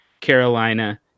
Carolina